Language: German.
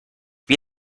wie